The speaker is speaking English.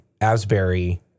Asbury